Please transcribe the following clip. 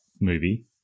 movie